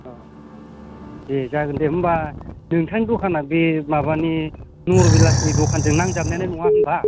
अ दे जागोन दे होम्बा नोंथांनि दखाना बे माबानि नगरबिलाशनि दखानजोंनो नांजाबनायानो नङा होम्बा